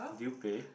did you pay